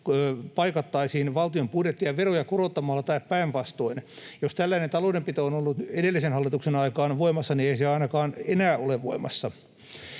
paikattaisiin valtion budjettia veroja korottamalla tai päinvastoin. Jos tällainen taloudenpito on ollut edellisen hallituksen aikaan voimassa, niin ei se ainakaan enää ole voimassa.